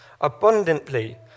abundantly